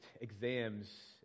exams